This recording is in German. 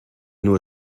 nur